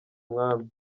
umwami